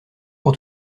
pour